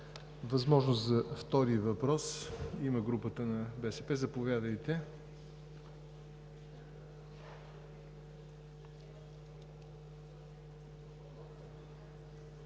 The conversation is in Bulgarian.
Възможност за втори въпрос има групата на БСП. Заповядайте,